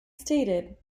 stated